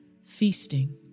feasting